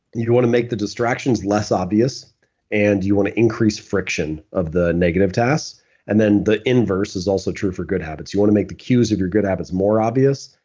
you want to make the distractions less obvious and you want to increase friction of the negative tasks and then the inverse is also true for good habits. you want to make the cues of your good habits more obvious.